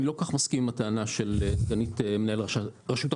אני לא כל כך מסכים עם הטענה של סגנית מנהל רשות החברות.